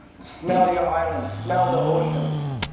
smell your island, smell the oceans.